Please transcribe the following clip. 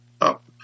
up